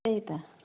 त्यही त